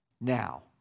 Now